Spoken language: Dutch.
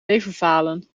leverfalen